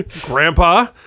grandpa